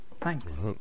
thanks